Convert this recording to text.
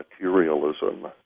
materialism